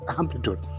amplitude